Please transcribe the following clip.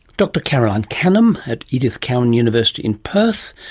dr caroline canham at edith coward university in perth,